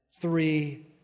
Three